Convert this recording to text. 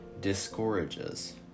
discourages